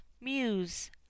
muse